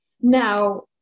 now